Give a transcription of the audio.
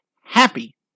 happy